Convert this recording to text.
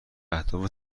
اهداف